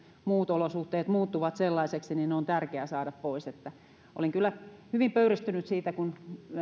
muut olosuhteet muuttuvat niin ne on tärkeää saada pois olen kyllä hyvin pöyristynyt siitä kun